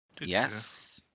Yes